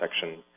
section